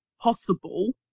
possible